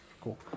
Cool